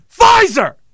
Pfizer